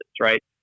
right